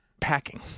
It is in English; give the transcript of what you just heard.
packing